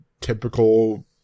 typical